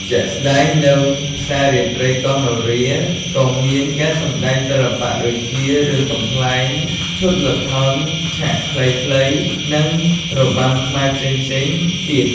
ជាក់ស្តែងនៅផ្សាររាត្រីកោះនរា ក៏មានការសម្តែងសិល្បៈដូចជារឿងកំប្លែង ឈុតល្ខោនឆាកខ្លីៗ និងរបាំខ្មែរផ្សេងៗទៀត។